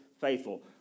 faithful